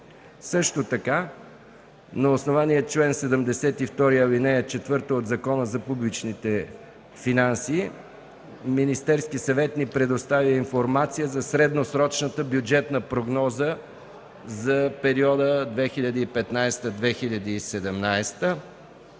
Също така на основание чл. 72, ал. 4 от Закона за публичните финанси Министерският съвет ни предостави информация за средносрочната бюджетна прогноза за периода 2015-2017